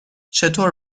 چطور